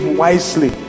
wisely